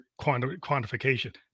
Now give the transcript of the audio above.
quantification